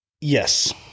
Yes